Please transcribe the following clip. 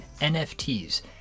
NFTs